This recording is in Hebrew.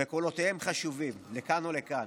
וקולותיהם חשובים לכאן או לכאן.